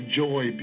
joy